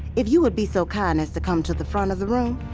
if you would be so kind as to come to the front of the room